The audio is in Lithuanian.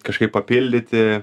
kažkaip papildyti